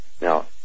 Now